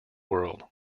world